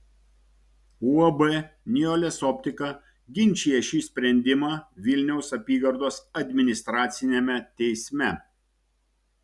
uab nijolės optika ginčija šį sprendimą vilniaus apygardos administraciniame teisme